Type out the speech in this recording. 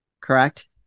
correct